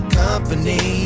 company